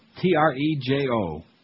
T-R-E-J-O